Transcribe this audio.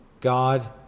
God